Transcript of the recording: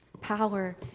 power